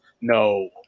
no